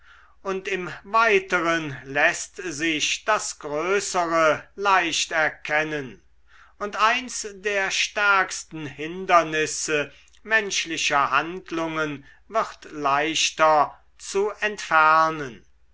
und im weiteren läßt sich das größere leicht erkennen und eins der stärksten hindernisse menschlicher handlungen wird leichter zu entfernen